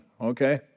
Okay